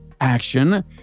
action